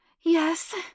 Yes